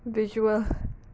visual